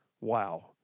Wow